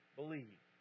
believe